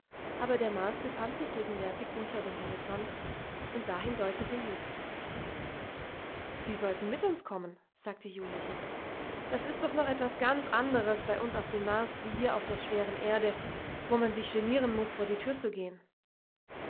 aber der mars befand sich gegenwärtig unter dem horizont und dahin deutete jo sie sollten mit uns kommen sagte jo lächelnd das ist doch noch ganz etwas anderes bei uns auf dem mars wie hier auf der schweren erde wo man sich genieren muß vor die tür zu gehen